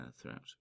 throughout